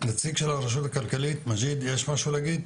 נציג של הרשות הכלכלית, מג'יד, יש לך משהו להגיד?